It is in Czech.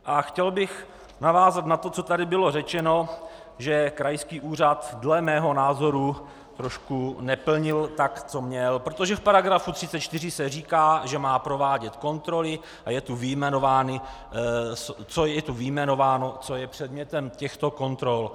A chtěl bych navázat na to, co tady bylo řečeno, že krajský úřad dle mého názoru trošku neplnil tak, co měl, protože v § 34 se říká, že má provádět kontroly, a je tu vyjmenováno, co je předmětem těchto kontrol.